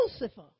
Lucifer